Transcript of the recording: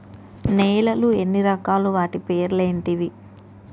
నేలలు ఎన్ని రకాలు? వాటి పేర్లు ఏంటివి?